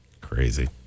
Crazy